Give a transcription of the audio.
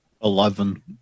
Eleven